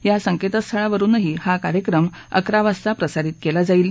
या संकेतस्थळावरुनही हा कार्यक्रम अकरा वाजता प्रसारित केला जाईल